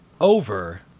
over